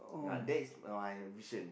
ah that is my vision